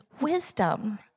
wisdom